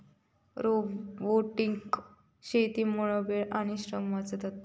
robotic शेतीमुळा वेळ आणि श्रम वाचतत